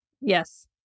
Yes